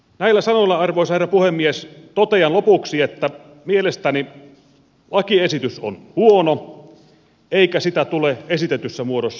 näillä sanoilla arvoisa herra puhemies totean lopuksi että mielestäni lakiesitys on huono eikä sitä tule esitetyssä muodossa hyväksyä